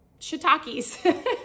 shiitakes